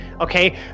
Okay